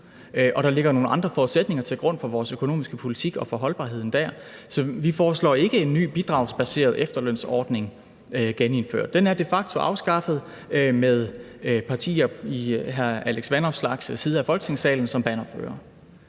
der ligger nogle andre forudsætninger til grund for vores økonomiske politik og for holdbarheden der. Vi foreslår ikke en ny bidragsbaseret efterlønsordning genindført. Den er de facto afskaffet med partier i hr. Alex Vanopslaghs side af Folketingssalen som bannerførere.